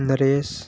Naresh